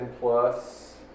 plus